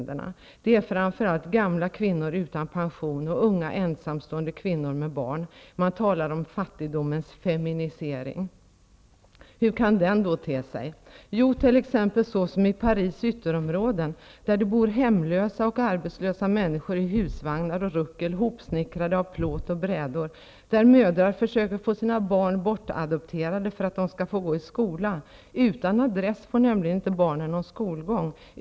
Det är framför allt gamla kvinnor utan pension och unga ensamstående kvinnor med barn. Man talar om fattigdomens feminisering. Hur kan det då te sig? Jo, t.ex. så som i Paris ytterområden, där det bor hemlösa och arbetslösa människor i husvagnar och ruckel, hopsnickrade av plåt och brädor, där mödrar försöker få sina barn bortadopterade för att de skall få gå i skola. Utan adress får nämligen inte barnen någon skolgång.